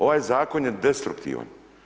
Ovaj zakon je destruktivan.